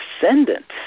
descendants